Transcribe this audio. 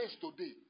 today